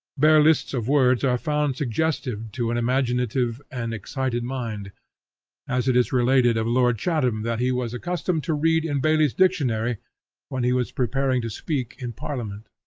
bare lists of words are found suggestive to an imaginative and excited mind as it is related of lord chatham that he was accustomed to read in bailey's dictionary when he was preparing to speak in parliament.